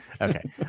Okay